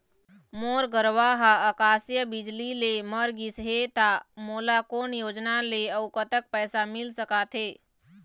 मोर गरवा हा आकसीय बिजली ले मर गिस हे था मोला कोन योजना ले अऊ कतक पैसा मिल सका थे?